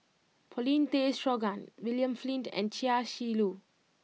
Paulin Tay Straughan William Flint and Chia Shi Lu